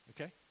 Okay